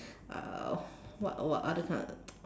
uh what what other kind of